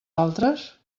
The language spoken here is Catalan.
altres